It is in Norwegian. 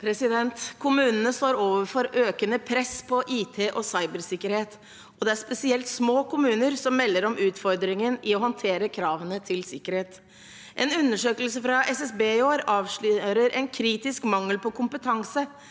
Kommu- nene står overfor økende press på IT- og cybersikkerhet. Det er spesielt små kommuner som melder om utfordringer i å håndtere kravene til sikkerhet. En undersøkelse fra SSB i år avslører en kritisk mangel på kompetanse